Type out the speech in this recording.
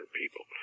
people